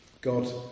God